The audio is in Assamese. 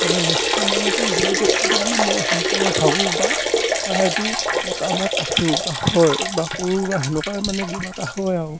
তাৰমানে মহিলা মানুহটো জড়িত থকাটো বুলি মই সম্পূৰ্ণ ভাবোঁ বা সেইটো মতামত আছোঁ বা হয় বা কৰোঁ বা সেনেকুৱাই মানে কিবা এটা হয় আৰু